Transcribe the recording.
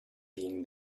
being